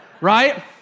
Right